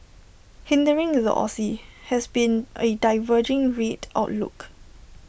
hindering the Aussie has been A diverging rate outlook